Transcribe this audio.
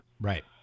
Right